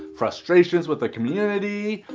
frustrations with the community,